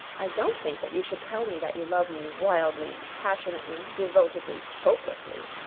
i don't think that you should tell me that you love me wildly, passionately, devotedly, hopelessly.